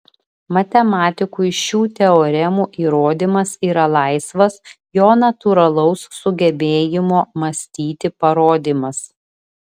matematikui šių teoremų įrodymas yra laisvas jo natūralaus sugebėjimo mąstyti parodymas